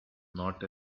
not